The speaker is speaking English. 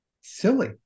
silly